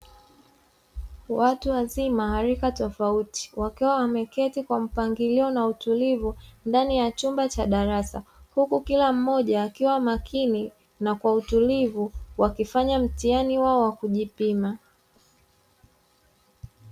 Watu wazima wa rika tofauti wakiwa wameketi kwa mpangilio na utulivu, ndani ya chumba cha darasa. Huku kila mmoja akiwa makini na kwa utulivu wakifanya mtihani wao wa kujipima.